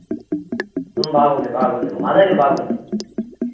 బాగుంది బాగుంది మా దగ్గర బాగుంది